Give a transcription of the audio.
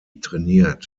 trainiert